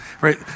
Right